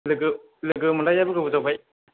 लोगो लोगो मोनलायैयाबो गोबाव जाबाय